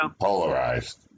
polarized